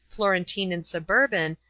florentine and suburban,